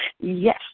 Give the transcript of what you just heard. Yes